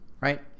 right